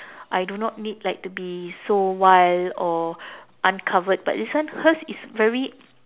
I do not need like to be so wild or uncovered but this one hers is very